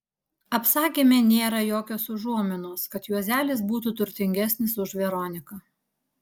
apsakyme nėra jokios užuominos kad juozelis būtų turtingesnis už veroniką